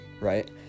right